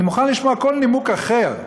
אני מוכן לשמוע כל נימוק אחר.